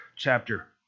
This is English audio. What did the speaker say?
chapter